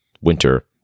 winter